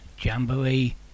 Jamboree